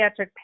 pediatric